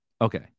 Okay